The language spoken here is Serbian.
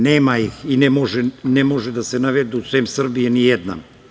Nema ih i ne može da se navedu sem Srbije ni jedna.